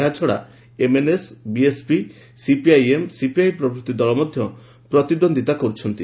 ଏହାଛଡ଼ା MNS BSP CPIM ଓ CPI ପ୍ରଭୃତି ଦଳ ମଧ୍ୟ ପ୍ରତିଦ୍ୱନ୍ଦିତା କରୁଛନ୍ତି